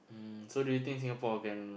mm so do you think Singapore can